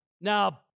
Now